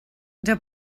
der